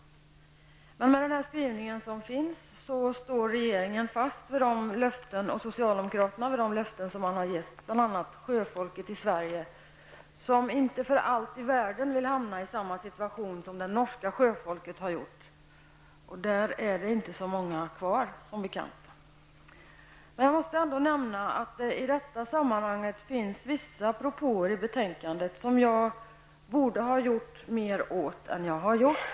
Men med denna skrivning står regeringen, och socialdemokraterna, fast vid de löften som man har gett bl.a. sjöfolket i Sverige, som inte för allt i världen vill hamna i samma situation som det norska sjöfolket har gjort. Och där har man som bekant inte så mycket så sjöfolk kvar. I detta sammanhang finns vissa propåer i betänkandet som jag borde ha gjort mer åt än vad jag har gjort.